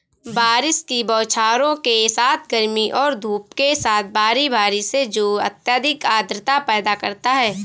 बारिश की बौछारों के साथ गर्मी और धूप के साथ बारी बारी से जो अत्यधिक आर्द्रता पैदा करता है